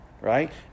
right